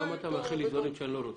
למה אתה מאחל לי דברים שאני לא רוצה?